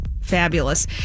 Fabulous